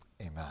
amen